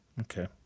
Okay